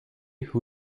who